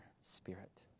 spirit